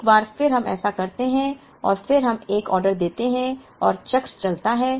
एक बार फिर हम ऐसा करते हैं और फिर हम एक आदेश देते हैं और चक्र चलता है